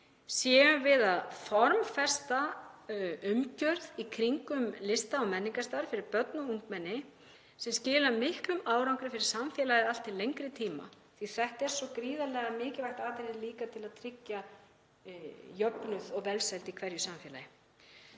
séum við að formfesta umgjörð í kringum lista- og menningarstarf fyrir börn og ungmenni sem skilar miklum árangri fyrir samfélagið allt til lengri tíma því að þetta er líka svo gríðarlega mikilvægt atriði til að tryggja jöfnuð og velsæld í hverju samfélagi.